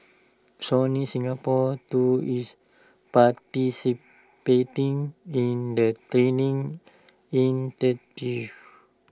Sony Singapore too is participating in the training initiative